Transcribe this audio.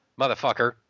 motherfucker